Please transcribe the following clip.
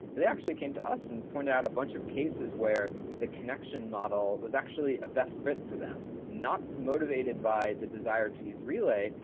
they actually came to us and pointed out a bunch of cases where the connection model was actually a best fit for them not motivated by the desire to use relay,